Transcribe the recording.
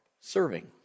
serving